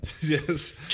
Yes